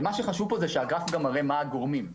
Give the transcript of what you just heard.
הגרף מראה מה הגורמים.